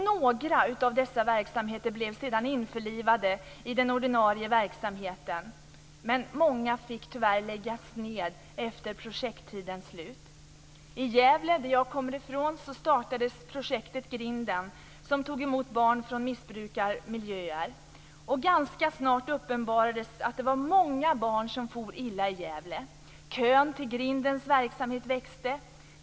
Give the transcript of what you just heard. Några av dessa verksamheter blev sedan införlivade i den ordinarie verksamheten. Men många fick tyvärr läggas ned efter projekttidens slut. I Gävle, som jag kommer från, startades projektet Ganska snart uppenbarades att det var många barn som for illa i Gävle. Kön till Grindens verksamhet växte.